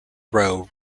roe